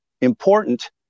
important